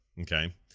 okay